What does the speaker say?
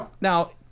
now